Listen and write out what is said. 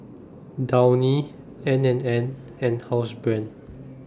Downy N and N and Housebrand